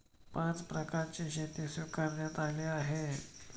पाच प्रकारची शेती स्वीकारण्यात आली आहे